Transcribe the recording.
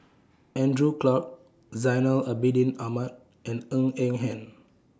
Andrew Clarke Zainal Abidin Ahmad and Ng Eng Hen